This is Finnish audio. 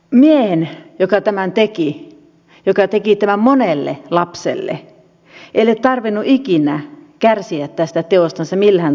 miehen joka tämän teki joka teki tämän monelle lapselle ei ole tarvinnut ikinä kärsiä tästä teostansa millään tavalla